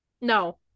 No